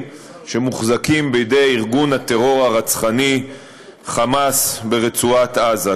שמוחזקים בידי ארגון הטרור הרצחני "חמאס" ברצועת עזה,